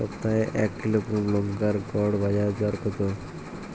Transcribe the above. সপ্তাহে এক কিলোগ্রাম লঙ্কার গড় বাজার দর কতো?